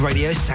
Radio